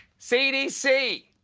c d c!